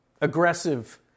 Aggressive